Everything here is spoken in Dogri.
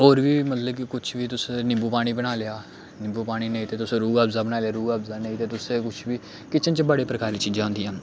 होर बी मतलब कि कुछ बी तुस निम्बू पानी बना लेआ निंबू पानी नेईं ते तुस रूह् अफजा बना रूह् अफजा नेईं ते तुस कुछ बी किचन च बड़े प्रकारी चीज़ां होंदियां न